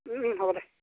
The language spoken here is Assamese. হ'ব দে